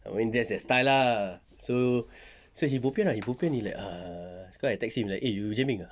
I mean just their style lah so so he bo pian ah he bo pian he like err so I text him like eh you jamming ah !huh!